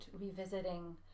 revisiting